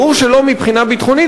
ברור שלא מבחינה ביטחונית,